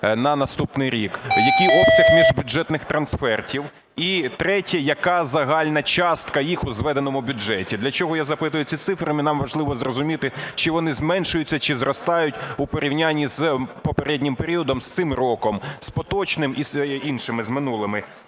на наступний рік? Який обсяг міжбюджетних трансфертів? І третє: яка загальна частка їх у зведеному бюджеті? Для чого я запитую ці цифри, нам важливо зрозуміти, чи вони зменшуються, чи зростають у порівнянні з попереднім періодом, з цим роком, з поточним, і з іншими, з минулими.